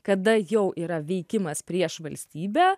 kada jau yra veikimas prieš valstybę